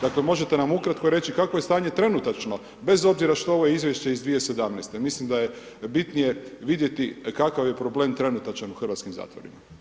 Dakle možete li nam ukratko reći kakvo je stanje trenutačno, bez obzira što je ovo izvješće iz 2017., mislim da je bitnije vidjeti kakav je problem trenutačan u hrvatskim zatvorima.